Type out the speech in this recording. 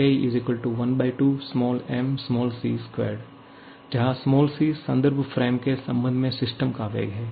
KE12mc2 जहाँ c संदर्भ frame के संबंध में सिस्टम का वेग है